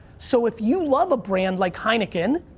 so, if you love a brand like heineken,